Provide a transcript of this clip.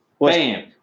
Bam